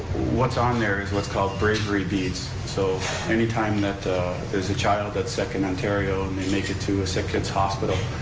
what's on there is called bravery beads. so any time that there's a child that sick in ontario and they make it to a sick kids' hospital,